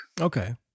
Okay